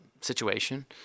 situation